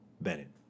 Bennett